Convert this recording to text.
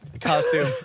Costume